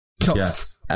Yes